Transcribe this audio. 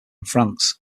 france